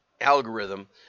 algorithm